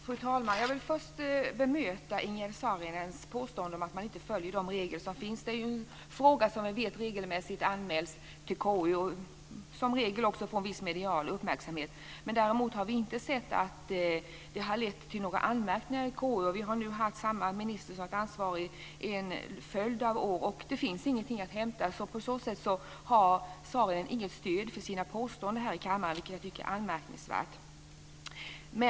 Fru talman! Jag vill först bemöta Ingegerd Saarinens påstående om att man inte följer de regler som finns. Detta är ju en fråga som vi vet regelmässigt anmäls till KU, och som regel får den också viss medial uppmärksamhet. Däremot har vi inte sett att det har blivit några anmärkningar i KU. Vi har nu haft samma minister i en följd av år, och det finns ingenting att hämta. På så sätt har Saarinen inget stöd för sina påståenden här i kammaren, vilket jag tycker är anmärkningsvärt.